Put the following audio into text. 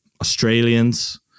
Australians